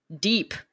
deep